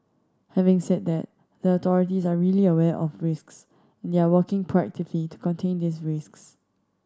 having said that the authorities are really aware of risks and they are working proactively to contain these risks